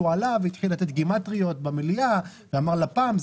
הוא עלה והתחיל לתת גימטריות במליאה ואמר: לפ"ם,